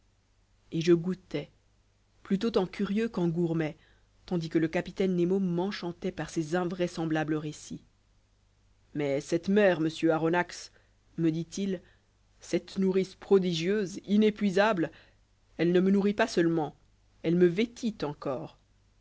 et je goûtais plutôt en curieux qu'en gourmet tandis que le capitaine nemo m'enchantait par ses invraisemblables récits mais cette mer monsieur aronnax me dit-il cette nourrice prodigieuse inépuisable elle ne me nourrit pas seulement elle me vêtit encore